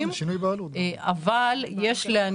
כמה כלי רכב ירדו?